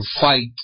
fight